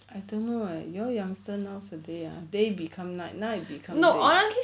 I don't know ah you all youngster nowadays ah day become like night become day